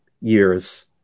years